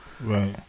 Right